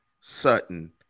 Sutton